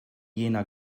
jena